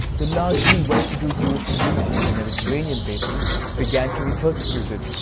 the largely well-to-do jewish community in the mediterranean basin began to be persecuted,